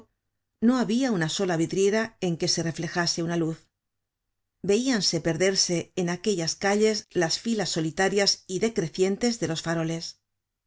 no habia una sola vidriera en que se reflejase una luz veíanse perderse en aquellas calles las filas solitarias y decrecientes de los faroles